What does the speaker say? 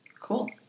Cool